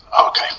okay